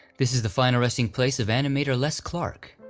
this is the final resting place of animator les clark.